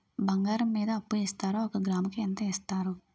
బంగారం మీద అప్పు ఇస్తారా? ఒక గ్రాము కి ఎంత ఇస్తారు?